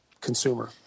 consumer